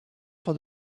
for